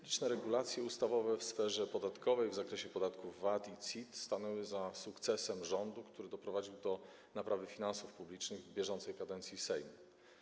Liczne regulacje ustawowe w sferze podatkowej w zakresie podatku VAT i CIT stanęły za sukcesem rządu, który doprowadził do naprawy finansów publicznych w bieżącej kadencji Sejmu.